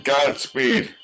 Godspeed